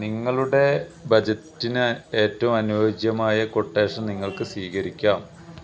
നിങ്ങളുടെ ബഡ്ജറ്റിന് ഏറ്റവും അനുയോജ്യമായ ക്വൊട്ടേഷന് നിങ്ങള്ക്ക് സ്വീകരിക്കാം